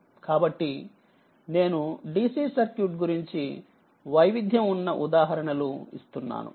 కాబట్టినేనుDC circuit గురించి వైవిధ్యం ఉన్న ఉదాహరణలు ఇస్తున్నాను